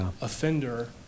Offender